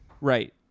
Right